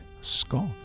Scott